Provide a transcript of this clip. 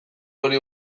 hori